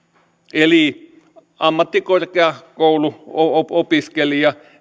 eli ammattikorkeakouluopiskelija